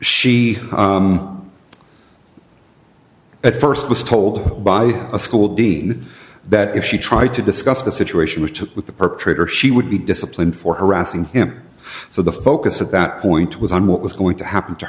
she at st was told by a school dean that if she tried to discuss the situation with two with the perpetrator she would be disciplined for harassing him so the focus of that point was on what was going to happen to